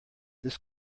this